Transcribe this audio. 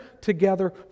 together